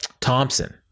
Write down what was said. Thompson